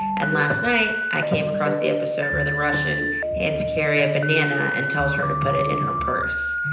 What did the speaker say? and last night, i came across the episode where the russian hands carrie a banana and tells her to put it in her purse.